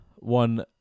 One